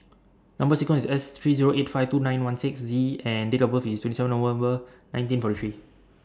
Number sequence S three Zero eight five two nine one six Z and Date of birth IS twenty seven November nineteen forty three